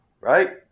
right